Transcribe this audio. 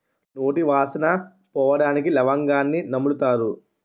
నోటి వాసన పోవడానికి లవంగాన్ని నములుతారు